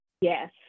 Yes